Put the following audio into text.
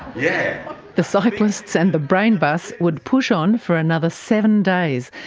yeah the cyclists and the brain bus would push on for another seven days,